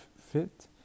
fit